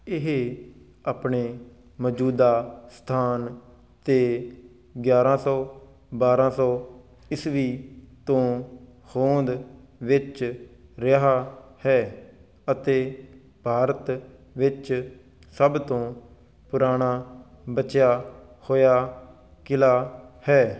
ਇਹ ਆਪਣੇ ਮੌਜੂਦਾ ਸਥਾਨ 'ਤੇ ਗਿਆਰਾਂ ਸੌ ਬਾਰਾਂ ਸੌ ਈਸਵੀ ਤੋਂ ਹੋਂਦ ਵਿੱਚ ਰਿਹਾ ਹੈ ਅਤੇ ਭਾਰਤ ਵਿੱਚ ਸਭ ਤੋਂ ਪੁਰਾਣਾ ਬਚਿਆ ਹੋਇਆ ਕਿਲ੍ਹਾ ਹੈ